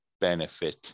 benefit